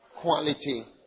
quality